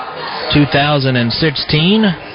2016